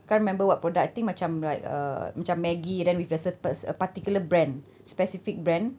can't remember what product I think macam like uh macam maggi then with a se~ pa~ a particular brand specific brand